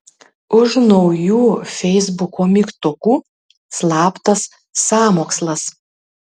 už naujų feisbuko mygtukų slaptas sąmokslas